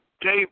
Dave